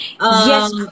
Yes